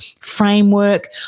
framework